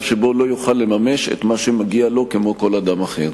שבו לא יוכל לממש את מה שמגיע לו כמו לכל אדם אחר.